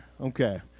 Okay